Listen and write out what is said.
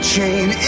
chain